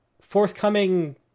forthcoming